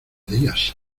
días